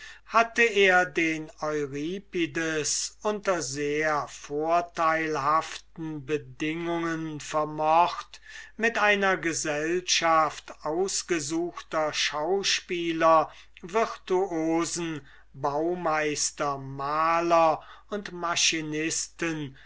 hatte er den euripides unter sehr vorteilhaften bedingungen vermocht mit einer truppe ausgesuchter schauspieler virtuosen baumeister maler und machinisten